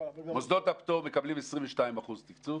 מוסדות הפטור מקבלים 22% תקצוב